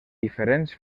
diferents